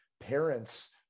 parents